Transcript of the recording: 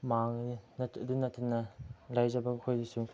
ꯃꯥꯡꯒꯅꯤ ꯑꯗꯨ ꯅꯠꯇꯅ ꯂꯩꯖꯕ ꯑꯩꯈꯣꯏꯗꯁꯨ